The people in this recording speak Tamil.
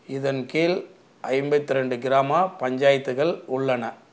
இதன் கீழ் ஐம்பத்து ரெண்டு கிராம பஞ்சாயத்துகள் உள்ளன